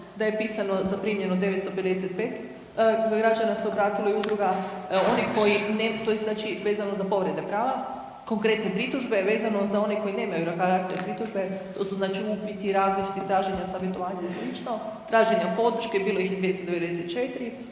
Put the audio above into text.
da je pisano za primjenu od 955 građana se obratilo i udruga, oni koji, znači za povrede prava. Konkretne pritužbe vezano za one koji nemaju karakter pritužbe to su znači upiti različiti, traženja savjetovanja i sl., traženja podrške bilo ih 294,